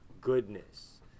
Goodness